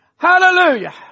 Hallelujah